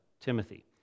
Timothy